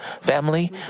family